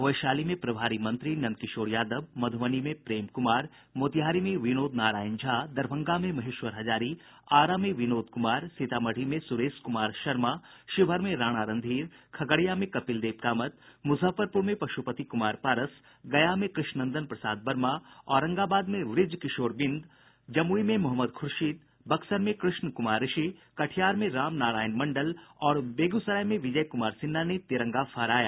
वैशाली में प्रभारी मंत्री नंदकिशोर यादव मध्यबनी में प्रेम कुमार मोतीहारी में विनोद नारायण झा दरभंगा में महेश्वर हजारी आरा में विनोद कुमार सीतामढ़ी में सुरेश कुमार शर्मा शिवहर में राणा रणधीर खगड़िया में कपिल देव कामत मुजफ्फरपुर में पशुपति कुमार पारस गया में कृष्णनंदन प्रसाद वर्मा औरंगाबांद में ब्रज किशोर बिंद जमुई में मोहम्मद खूर्शीद बक्सर में कृष्ण कुमार ऋषि कटिहार में राम नारायण मंडल और बेगूसराय में विजय कूमार सिन्हा ने तिरंगा फहराया